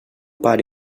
pare